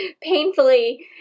Painfully